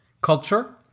culture